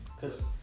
Cause